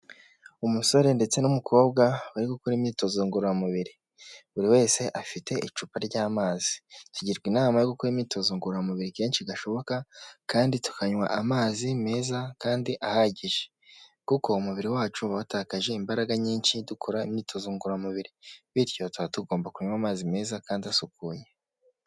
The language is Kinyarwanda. Umusore ndetse n'umukobwa bari gukora imyitozo ngororamubiri, buri wese afite icupa ry'amazi. Tugirwa inama yo gukora imyitozo ngororamubiri kenshi gashoboka kandi tukanywa amazi meza kandi ahagije, kuko umubiri wacu uba watakaje imbaraga nyinshi dukora imyitozo ngororamubiri, bityo tuba tugomba kunywa amazi meza kandi asukuye.